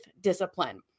discipline